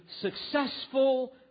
successful